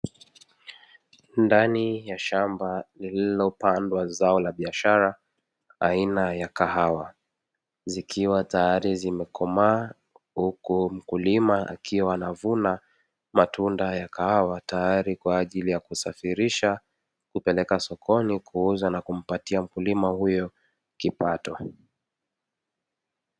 Ndani ya shamba lililopandwa zao la biashara aina ya kahawa zikiwa tayari zimekomaa huku mkulima akiwa anavuna matunda ya kahawa tayari kwa ajili ya kusafirisha kupeleka sokoni kuuza na kumpatia mkulima huyo kipato.